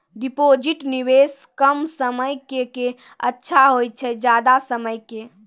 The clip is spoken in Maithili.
डिपॉजिट निवेश कम समय के के अच्छा होय छै ज्यादा समय के?